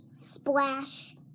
Splash